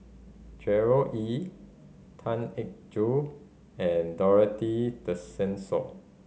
Gerard Ee Tan Eng Joo and Dorothy Tessensohn